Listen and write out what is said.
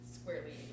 squarely